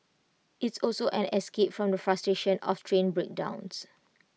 it's also an escape from the frustration of train breakdowns